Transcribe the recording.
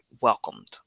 welcomed